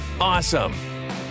Awesome